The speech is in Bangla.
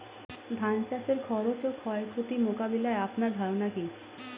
ধান চাষের খরচ ও ক্ষয়ক্ষতি মোকাবিলায় আপনার ধারণা কী?